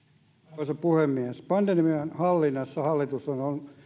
arvoisa puhemies pandemian hallinnassahan hallitus on on